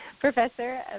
Professor